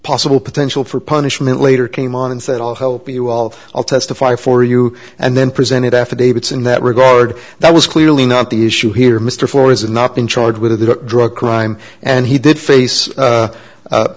possible potential for punishment later came on and said i'll help you all i'll testify for you and then presented affidavits in that regard that was clearly not the issue here mr four is not been charged with drug crime and he did face